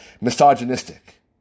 misogynistic